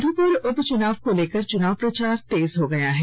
मधुपुर उपचुनाव को लेकर चुनाव प्रचार तेज हो गया है